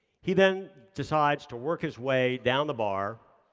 he, then, decides to work his way down the bar,